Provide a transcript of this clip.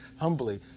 humbly